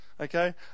Okay